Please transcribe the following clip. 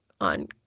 on